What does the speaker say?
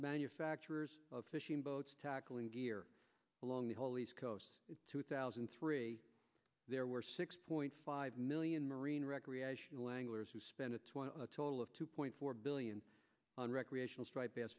manufacturers of fishing boats tackling gear along the whole east coast in two thousand and three there were six point five million marine recreational anglers who spent a total of two point four billion on recreational striped bass